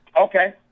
Okay